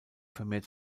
vermehrt